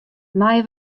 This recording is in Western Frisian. meie